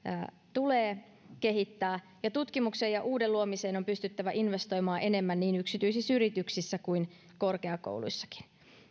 tulee kehittää ja tutkimukseen ja uuden luomiseen on pystyttävä investoimaan enemmän niin yksityisissä yrityksissä kuin korkeakouluissakin